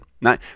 now